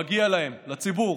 מגיע לציבור,